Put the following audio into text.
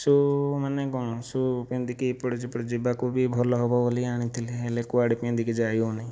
ଶୁ' ମାନେ କ'ଣ ଶୁ' ପିନ୍ଧିକି ଏପଟେ ସେପଟ ଯିବାକୁ ବି ଭଲ ହେବ ବୋଲି ଆଣିଥିଲି ହେଲେ କୁଆଡ଼େ ପିନ୍ଧିକି ଯାଇ ହେଉନି